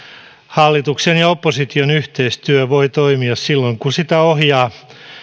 hallituksen ja opposition yhteistyö voi toimia silloin kun sitä ohjaa